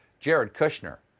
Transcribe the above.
jared kushner.